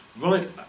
right